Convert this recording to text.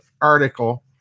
article